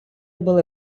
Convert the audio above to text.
були